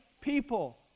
people